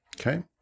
Okay